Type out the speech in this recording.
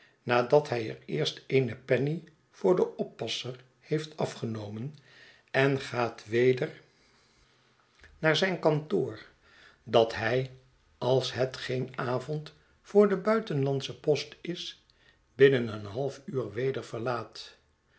nadat hij er eerst eene penny voor den oppasser heeft afgenomen en gaat weder naar zijn kantoor dat hij als het geen avond voor de buitenlandsche post is binnen een half uur weder verlaat